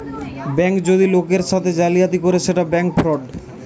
bank যদি লোকের সাথে জালিয়াতি করে সেটা ব্যাঙ্ক ফ্রড